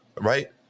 right